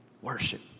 Worship